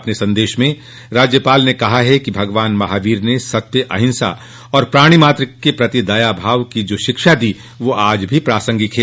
अपने संदेश में राज्यपाल ने कहा कि भगवान महावीर ने सत्य अहिंसा और प्राणि मात्र के प्रति दया भाव की जो शिक्षा दी वो आज भी प्रासंगिक है